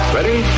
Ready